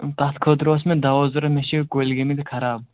تَتھ خٲطرٕ اوس مےٚ دوا ضروٗرت مےٚ چھِ کُلۍ گٲمٕتۍ خراب